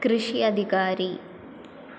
कृषिः अधिकारी